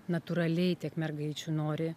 natūraliai tiek mergaičių nori